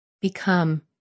become